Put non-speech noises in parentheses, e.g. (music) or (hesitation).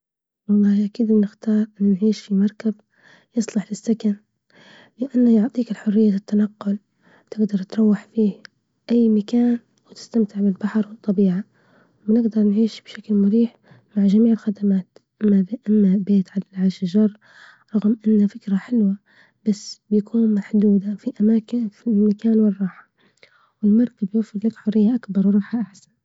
أكيد نختار نعيش في مركب يصلح للسكن، لإنه يعطيك الحرية للتنقل، تجدر تروح فيه أي مكان وتستمتع بالبحر والطبيعة، ونجدر نعيش بشكل مريح مع جميع الخدمات (hesitation) أما بيت على الشجر بتكون محدودة ، رغم إن فكرة حلوة ، بس بيكون محدودة في أماكن في المكان والراحة والمركب يوفر لك حرية أكبر وراحة أحسن.